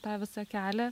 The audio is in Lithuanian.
tą visą kelią